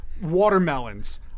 watermelons